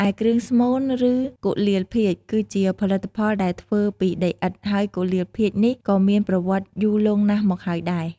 ឯគ្រឿងស្មូន ឬកុលាលភាជន៍គឺជាផលិតផលដែលធ្វើពីដីឥដ្ឋ ហើយកុលាលភាជន៍នេះ ក៏មានប្រវត្តិយូរលង់ណាស់មកហើយដែរ។